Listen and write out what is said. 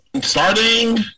starting